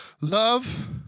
love